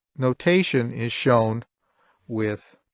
notation is shown with